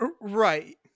right